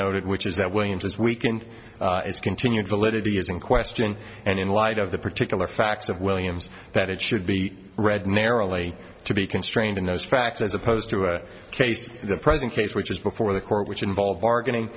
noted which is that williams has weakened his continued validity is in question and in light of the particular facts of williams that it should be read narrowly to be constrained in those facts as opposed to a case in the present case which is before the court which involved bargaining